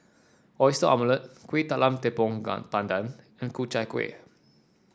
Oyster Omelette Kuih Talam Tepong Pandan and Ku Chai Kueh